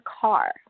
car